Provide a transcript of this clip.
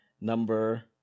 number